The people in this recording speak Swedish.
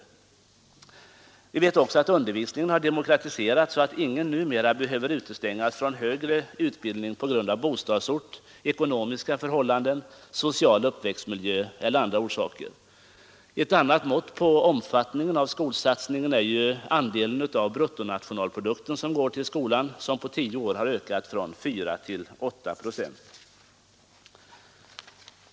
Vidare har undervisningen demokratiserats, så att ingen numera behöver utestängas från högre utbildning på grund av bostadsort, ekonomiska förhållanden, social uppväxtmiljö eller av andra orsaker. Ett annat mått på omfattningen av skolsatsningen är skolans andel av bruttonationalprodukten, som på tio år har ökat från 4 till 8 procent.